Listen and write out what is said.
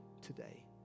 today